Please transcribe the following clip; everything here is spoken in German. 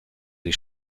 sie